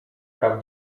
praw